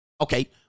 Okay